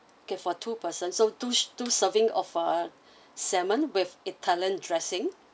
okay for two person so two two serving of uh salmon with italian dressing